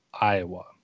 Iowa